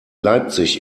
leipzig